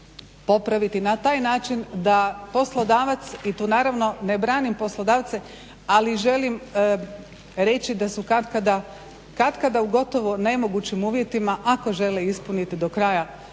popraviti na taj način da poslodavac i tu naravno ne branim poslodavce, ali želim reći da su katkada u gotovo nemogućim uvjetima ako žele ispunit do kraja neke